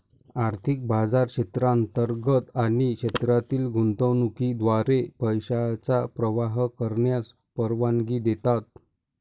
आर्थिक बाजार क्षेत्रांतर्गत आणि क्षेत्रातील गुंतवणुकीद्वारे पैशांचा प्रवाह करण्यास परवानगी देतात